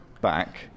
back